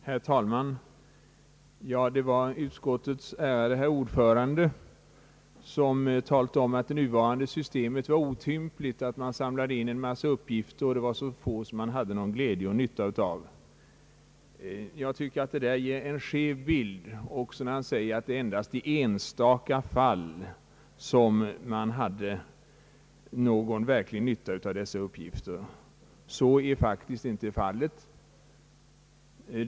Herr talman! Utskottets ärade ordförande talade om att det nuvarande systemet var otympligt, att man samlar in en massa uppgifter men att det är så få man har någon glädje och nytta av. Jag tycker att det är att ge en skev bild, när han säger att man endast i enstaka fall har verklig nytta av dessa uppgifter. Så är faktiskt inte fallet.